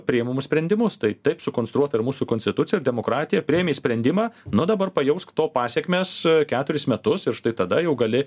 priemamus sprendimus tai taip sukonstruota ir mūsų konstitucija ir demokratija priėmei sprendimą nu dabar pajausk to pasekmes keturis metus ir štai tada jau gali